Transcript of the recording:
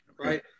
Right